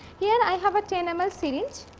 here, i have a ten ml syringe.